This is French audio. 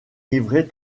livré